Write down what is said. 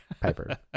Piper